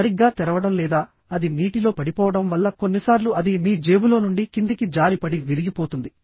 సరిగ్గా తెరవడం లేదా అది నీటిలో పడిపోవడం వల్ల కొన్నిసార్లు అది మీ జేబులో నుండి కిందికి జారిపడి విరిగిపోతుంది